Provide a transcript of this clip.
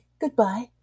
goodbye